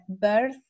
birth